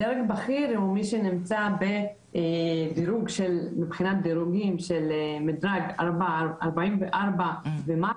דרג בכיר הוא מי שנמצא מבחינת דירוגים של מדרג ב-44 ומעלה,